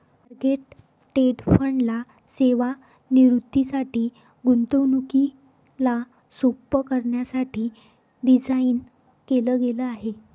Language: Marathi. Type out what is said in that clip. टार्गेट डेट फंड ला सेवानिवृत्तीसाठी, गुंतवणुकीला सोप्प करण्यासाठी डिझाईन केल गेल आहे